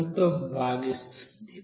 012 తో భాగిస్తుంది